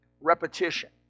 Repetition